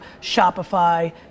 Shopify